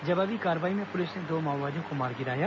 जवाबी कार्रवाई में पुलिस ने दो माओवादियों को मार गिराया